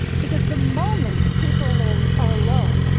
because the moment that people are ah are alone,